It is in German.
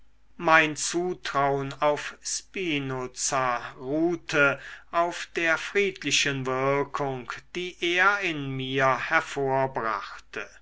mein zutrauen auf spinoza ruhte auf der friedlichen wirkung die er in mir hervorbrachte